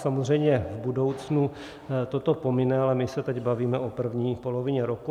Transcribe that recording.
A samozřejmě v budoucnu toto pomine, ale my se teď bavíme o první polovině roku.